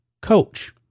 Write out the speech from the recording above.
coach